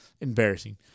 embarrassing